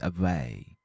away